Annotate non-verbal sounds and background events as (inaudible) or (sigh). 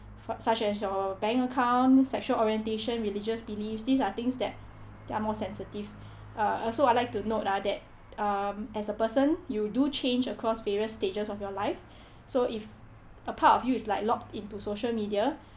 for~ such as your bank account sexual orientation religious beliefs these are things that they are more sensitive (breath) uh so I like to note ah that um as a person you do change across various stages of your life (breath) so if a part of you is like log into social media (breath)